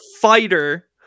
fighter